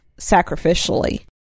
sacrificially